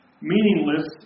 meaningless